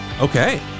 Okay